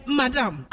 madam